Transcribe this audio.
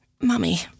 Mummy